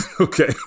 Okay